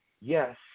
Yes